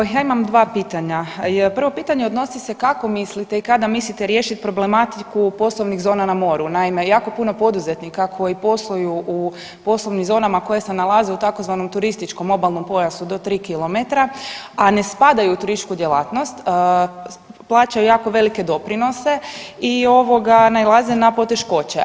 Ovako, ja imam 2 pitanja, prvo pitanje odnosi se kako mislite i kada mislite riješiti problematiku poslovnih zona na moru, naime, jako puno poduzetnika koji posluju u poslovnim zonama koje se nalaze u tzv. turističkom obalnom pojasu do 3 km, a ne spadaju u turističku djelatnost, plaćaju jako velike doprinose i ovoga, nailaze na poteškoće.